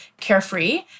carefree